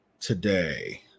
today